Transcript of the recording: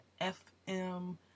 F-M